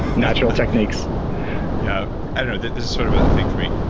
natural techniques yep. i don't know. this is sort of a thing for me.